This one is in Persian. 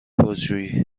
بازجویی